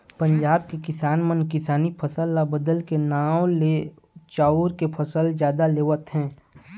पंजाब के किसान मन किसानी फसल ल बदले के नांव ले चाँउर के फसल जादा लेवत हे